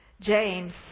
James